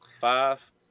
Five